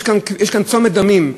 שיש כאן צומת דמים,